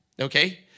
Okay